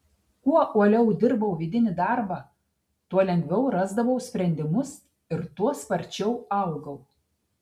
kuo uoliau dirbau vidinį darbą tuo lengviau rasdavau sprendimus ir tuo sparčiau augau